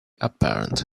apparent